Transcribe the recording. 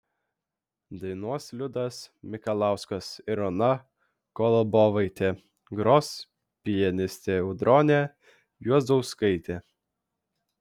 dainuos liudas mikalauskas ir ona kolobovaitė gros pianistė audronė juozauskaitė